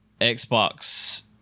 Xbox